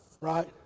right